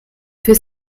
für